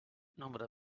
nombre